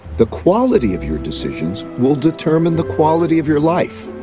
the quality of your decisions will determine the quality of your life.